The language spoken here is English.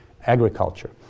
agriculture